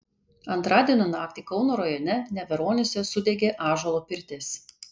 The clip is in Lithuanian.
antradienio naktį kauno rajone neveronyse sudegė ąžuolo pirtis